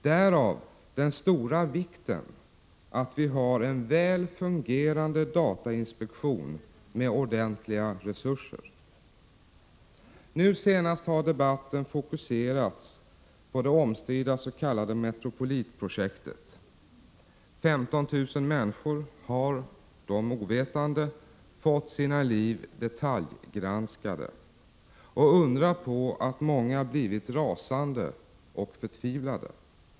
Därav den stora vikten av att vi har en väl fungerande datainspektion med ordentliga resurser. Nu senast har debatten fokuserats på det omstridda s.k. Metropolitprojektet. 15 000 människor har sig ovetande fått sina liv detaljgranskade. Undra på att många blivit rasande och förtvivlade!